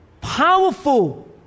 powerful